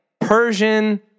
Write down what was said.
Persian